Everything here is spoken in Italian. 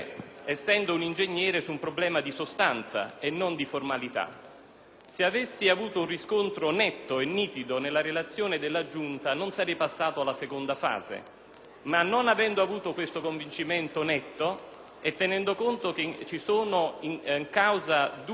Se avessi avuto un riscontro netto e nitido nella relazione della Giunta, io non sarei passato alla seconda fase; non avendo avuto questo convincimento netto e tenendo conto che sono in causa due persone con due interessi diversi,